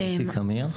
אני איציק אמיר,